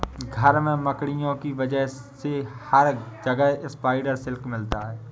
घर में मकड़ियों की वजह से हर जगह स्पाइडर सिल्क मिलता है